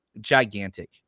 Gigantic